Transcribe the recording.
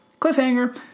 cliffhanger